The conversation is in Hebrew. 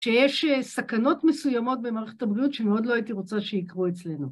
שיש סכנות מסוימות במערכת הבריאות שמאוד לא הייתי רוצה שיקרו אצלנו.